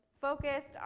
focused